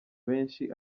benshi